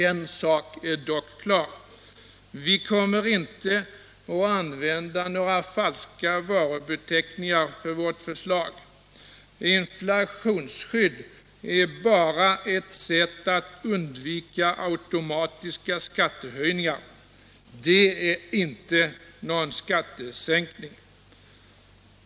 En sak är klar: Vi kommer inte att använda några falska varubeteckningar för vårt förslag. Inflationsskydd är bara ett sätt att undvika automatiska skattehöjningar — det är inte någon skattesänkning.